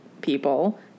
people